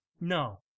no